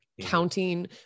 counting